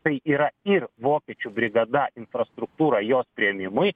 tai yra ir vokiečių brigada infrastruktūra jos priėmimui